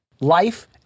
Life